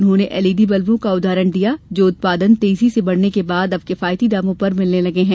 उन्होंने एलईडी बल्बों का उदाहरण दिया जो उत्पादन तेजी से बढ़ने के बाद अब किफायती दामों पर मिलने लगे हैं